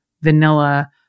vanilla